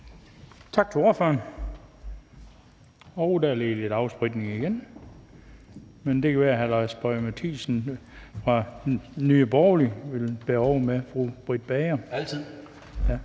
Tak til ordføreren. Der skal lige være lidt afspritning igen, men det kan være, at hr. Lars Boje Mathiesen fra Nye Borgerlige vil bære over med fru Britt Bager. Værsgo.